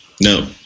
no